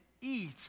eat